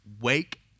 wake